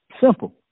Simple